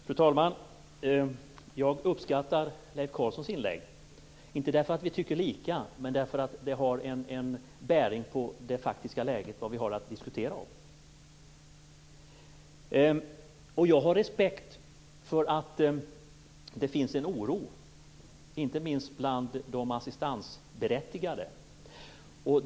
Fru talman! Jag uppskattar Leif Carlsons inlägg, inte därför att vi tycker lika utan därför att det har en bäring på det faktiska läget som vi har att diskutera. Jag har respekt för att det finns en oro, inte minst bland de assistansberättigade.